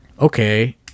okay